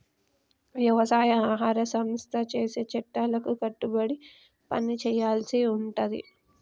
వ్యవసాయ ఆహార సంస్థ చేసే చట్టాలకు కట్టుబడి పని చేయాల్సి ఉంటది